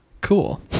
Cool